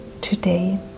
today